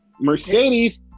Mercedes